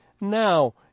Now